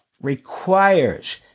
requires